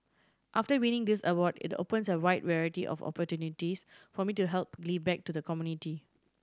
after winning this award it opens a wide variety of opportunities for me to help give back to the community